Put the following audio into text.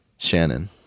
Shannon